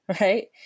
right